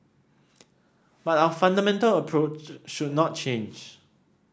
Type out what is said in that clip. but our fundamental approach should not change